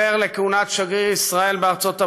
בהיותו שגריר ישראל בארצות הברית,